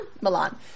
milan